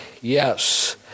Yes